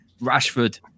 Rashford